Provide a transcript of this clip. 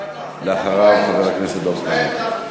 אחריו, חבר הכנסת דב חנין.